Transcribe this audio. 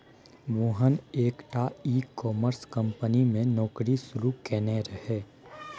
मोहन एकटा e commerce company मे नौकरी शुरू केने रहय